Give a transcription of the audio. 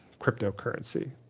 cryptocurrency